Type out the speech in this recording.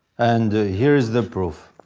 and here's the proof.